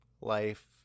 life